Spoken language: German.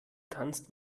tanzt